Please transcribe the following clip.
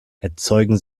erzeugen